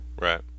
Right